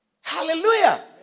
Hallelujah